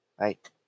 right